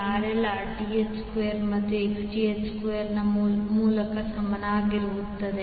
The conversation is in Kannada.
RL Rth ಸ್ಕ್ವೇರ್ ಮತ್ತು Xth ಸ್ಕ್ವೇರ್ನ ಮೂಲಕ್ಕೆ ಸಮಾನವಾಗಿರುತ್ತದೆ